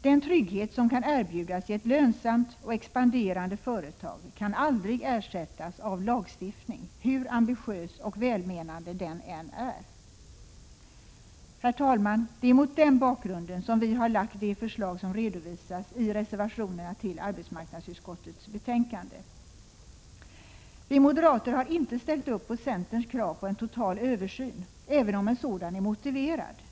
Den trygghet som kan erbjudas i ett lönsamt och expanderande företag kan aldrig ersättas av lagstiftning, hur ambitiös och välmenande den än är. Herr talman, det är mot den bakgrunden som vi har lagt fram de förslag som redovisas i reservationerna till arbetsmarknadsutskottets betänkande. Vi moderater har inte ställt upp på centerns krav på en total översyn även om en sådan är motiverad.